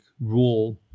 rule